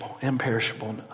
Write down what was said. imperishable